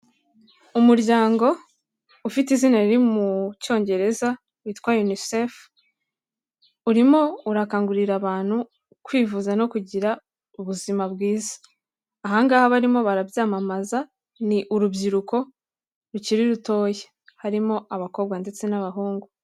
Umuryango ufite izina riri mu cyongereza witwa Unicef, urimo urakangurira abantu kwivuza no kugira ubuzima bwiza, aha ngaha abarimo barabyamamaza ni urubyiruko rukiri rutoya, harimo abakobwa ndetse n'abahungu.